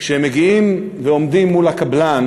כשהם מגיעים ועומדים מול הקבלן,